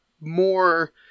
more